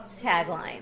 tagline